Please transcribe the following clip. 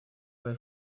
свои